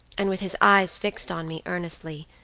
and with his eyes fixed on me earnestly,